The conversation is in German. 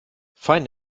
fein